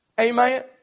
Amen